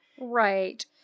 Right